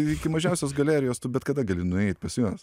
iki mažiausios galerijos tu bet kada gali nueit pas juos